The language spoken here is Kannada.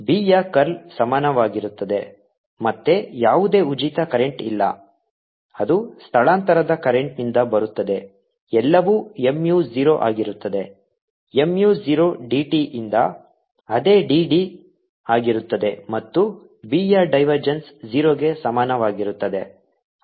b ಯ ಕರ್ಲ್ ಸಮಾನವಾಗಿರುತ್ತದೆ ಮತ್ತೆ ಯಾವುದೇ ಉಚಿತ ಕರೆಂಟ್ ಇಲ್ಲ ಅದು ಸ್ಥಳಾಂತರದ ಕರೆಂಟ್ನಿಂದ ಬರುತ್ತದೆ ಎಲ್ಲವೂ Mu 0 ಆಗಿರುತ್ತದೆ mu 0 dt ಯಿಂದ ಅದೇ d D ಆಗಿರುತ್ತದೆ ಮತ್ತು b ಯ ಡೈವರ್ಜೆನ್ಸ್ 0 ಗೆ ಸಮಾನವಾಗಿರುತ್ತದೆ